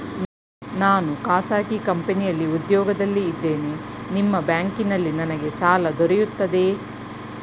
ನಾನು ಖಾಸಗಿ ಕಂಪನಿಯಲ್ಲಿ ಉದ್ಯೋಗದಲ್ಲಿ ಇದ್ದೇನೆ ನಿಮ್ಮ ಬ್ಯಾಂಕಿನಲ್ಲಿ ನನಗೆ ಸಾಲ ದೊರೆಯುತ್ತದೆಯೇ?